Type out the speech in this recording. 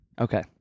Okay